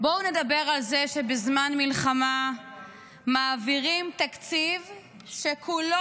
בואו נדבר על זה שבזמן מלחמה מעבירים תקציב שכולו